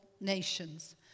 nations